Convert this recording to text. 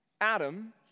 Adam